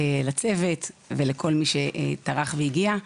לצוות ולכל מי שטרח והגיע.